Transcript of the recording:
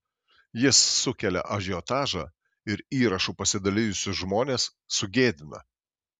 jis sukelia ažiotažą ir įrašu pasidalijusius žmones sugėdina